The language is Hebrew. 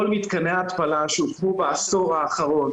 כל מתקני ההתפלה שהוקמו בעשור האחרון,